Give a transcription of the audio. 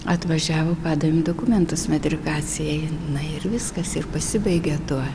atvažiavo padavėm dokumentus metrikacijai na ir viskas ir pasibaigė tuo